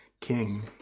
king